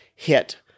hit